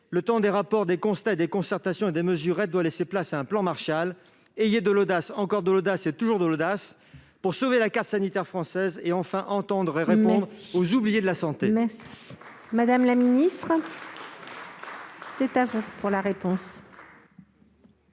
le temps des rapports, des constats, des concertations et des mesurettes doit laisser place à un plan Marshall. Ayez de l'audace, encore de l'audace et toujours de l'audace, pour sauver la carte sanitaire française et, enfin, entendre les oubliés de la santé ! La parole est à Mme la ministre.